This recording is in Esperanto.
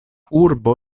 urbo